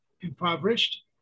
impoverished